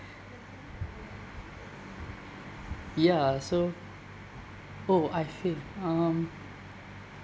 ya so oh I feel